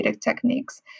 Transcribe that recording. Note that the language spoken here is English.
techniques